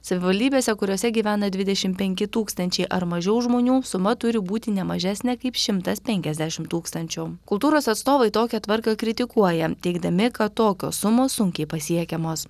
savivaldybėse kuriose gyvena dvidešim penki tūkstančiai ar mažiau žmonių suma turi būti ne mažesnė kaip šimtas penkiasdešim tūkstančių kultūros atstovai tokią tvarką kritikuoja teigdami kad tokios sumos sunkiai pasiekiamos